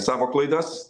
savo klaidas